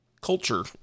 culture